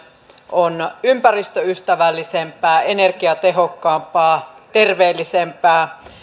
on myöskin ympäristöystävällisempää energiatehokkaampaa terveellisempää